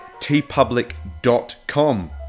tpublic.com